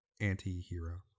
anti-hero